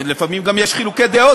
לפעמים גם יש חילוקי דעות,